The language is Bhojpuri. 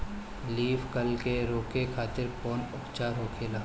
लीफ कल के रोके खातिर कउन उपचार होखेला?